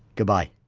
goodbye